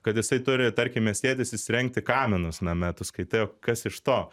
kad jisai turi tarkim miestietis įsirengti kaminus name tu skaitai o kas iš to